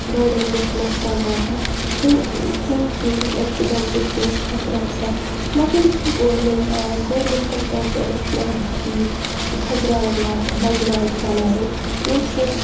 گاڑٮ۪ن تہِ اوس نۄقصان واتان تہٕ کُنہِ چیٖزُک اٮ۪کسِڈٮ۪نٛٹُک تہِ اوس خطرٕ آسان مگر یُتھُے گورمٮ۪نٛٹ آے گورمٮ۪نٛٹَن کَرِ گۄڈٮ۪تھ وَتہٕ ٹھیٖک کھٔجرایَن وَتہٕ بَجہِ وَتہٕ بَناوَن ییٚمہِ سۭتۍ